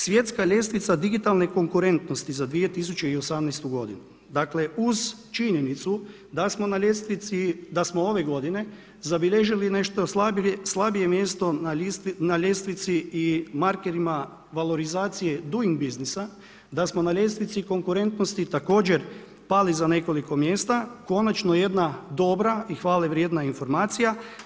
Svjetska ljestvica digitalne konkurentnosti, za 2018. dakle, uz činjenicu, da smo na ljestvici, da smo ove g. zabilježili nešto slabije mjesto na ljestvici i markerima valorizacije duing biznisa, da smo na ljestvici konkurentnosti, također pali za nekoliko mjesta, konačno jedna dobra i hvale vrijedna informacija.